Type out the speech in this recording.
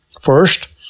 First